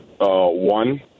one